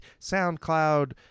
SoundCloud